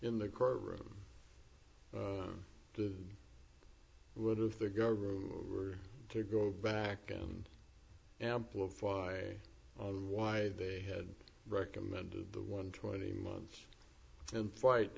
in the courtroom would if the government were to go back and amplify on why they had recommended the one twenty months and fight